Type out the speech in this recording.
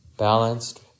Balanced